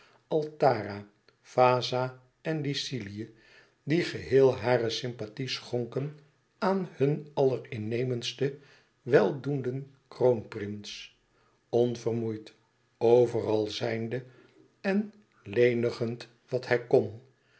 altara vaza en lycilië die geheel hare sympathie schonken aan hun allerinnemendsten weldoenden kroonprins onvermoeid overal zijnde en lenigend wat hij kon